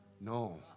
No